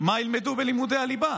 מה ילמדו בלימודי הליבה.